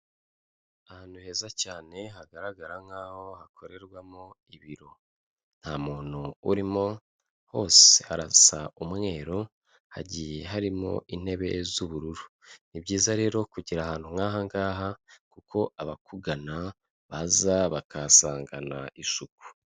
Ahantu heza cyane hagaragara nk'aho hakorerwamo ibiro, nta muntu urimo hose hasa umweru hagiye harimo intebe z'ubururu. Ni byiza rero kugera ahantu nk'aha ngaha kuko abakugana baza bakasangana isuku.